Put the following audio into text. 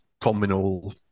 communal